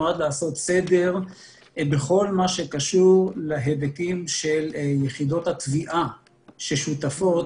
נועד לעשות סדר בכל מה שקשור להיבטים של יחידות התביעה ששותפות